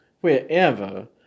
wherever